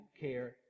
care